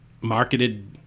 marketed